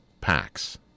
packs